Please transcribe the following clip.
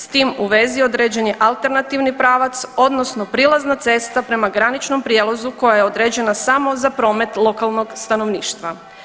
S tim u vezi određen je alternativni pravac, odnosno prilazna cesta prema graničnom prijelazu koja je određena samo za promet lokalnog stanovništva.